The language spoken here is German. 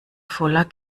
voller